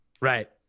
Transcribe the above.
Right